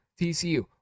TCU